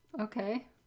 Okay